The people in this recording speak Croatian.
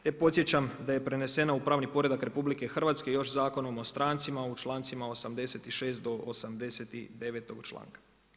Te podsjećam da je prenesena u pravni poredak RH, još Zakonom o strancima u čl.66 do 89. članka.